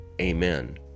Amen